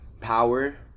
power